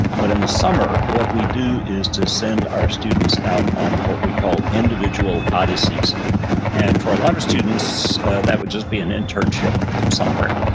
but in the summer what we do is to send our students out on what we call individual odysseys and for a lot of students that would just be an internship somewhere,